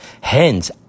Hence